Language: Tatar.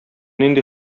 нинди